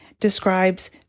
describes